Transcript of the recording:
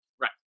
Right